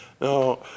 No